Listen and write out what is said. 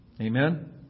Amen